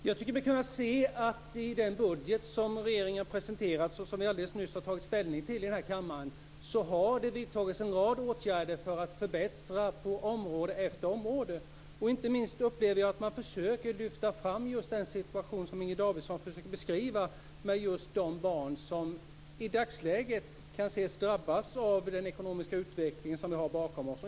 Fru talman! Jag tycker mig kunna se i den budget som regeringen har presenterat, som vi nyss har tagit ställning till i den här kammaren, att det har vidtagits en rad åtgärder för att förbättra på område efter område. Inte minst upplever jag att man försöker lyfta fram just den situation som Inger Davidson beskriver med just de barn som i dagsläget kan ses drabbas av den ekonomiska utveckling som vi har bakom oss.